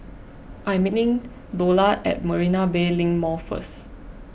I am meeting Lola at Marina Bay Link Mall first